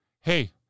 Hey